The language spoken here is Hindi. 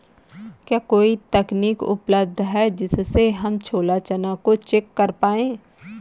क्या कोई तकनीक उपलब्ध है जिससे हम छोला चना को चेक कर पाए?